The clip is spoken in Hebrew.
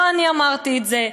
לא אני אמרתי את זה.